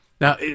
Now